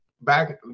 Back